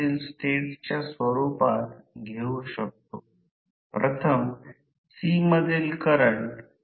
येथे मोटर पूर्ण वेगा वर पोहोचली म्हणून प्रतिकार तोडण्यात आला आहे येथे प्रतिकार आहे येथे दर्शविलेले नाही